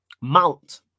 Mount